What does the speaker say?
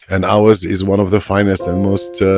and ours is one of the finest and most ah